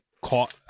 caught